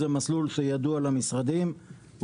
זה מסלול שידוע למשרדים,